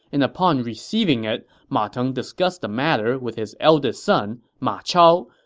and upon receiving it, ma teng discussed the matter with his eldest son, ma chao,